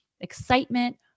excitement